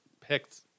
picked